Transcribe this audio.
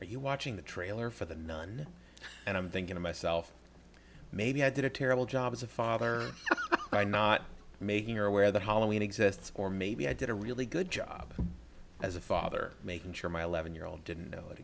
are you watching the trailer for the nine and i'm thinking to myself maybe i did a terrible job as a father i'm not making where that hollowing exists or maybe i did a really good job as a father making sure my levon year old didn't know it